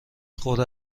خورده